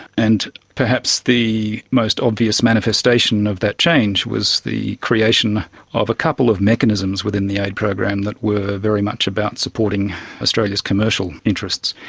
and perhaps the most obvious manifestation of that change was the creation of a couple of mechanisms within the aid program that were very much about supporting australia's commercial interests.